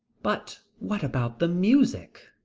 but what about the music?